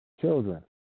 children